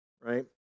right